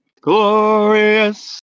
Glorious